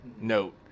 note